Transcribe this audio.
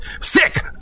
sick